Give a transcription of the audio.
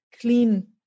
clean